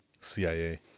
CIA